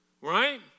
right